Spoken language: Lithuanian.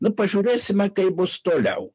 nu pažiūrėsime kaip bus toliau